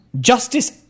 justice